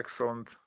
excellent